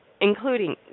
including